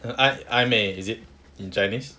err 暧暧昧 is it in chinese